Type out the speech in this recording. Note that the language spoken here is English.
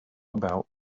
about